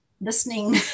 listening